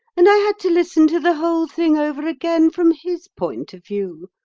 and i had to listen to the whole thing over again from his point of view.